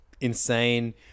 insane